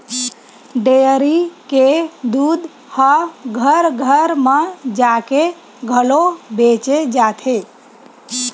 dairy के दूद ह घर घर म जाके घलो बेचे जाथे